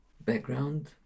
background